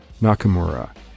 Nakamura